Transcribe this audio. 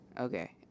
Okay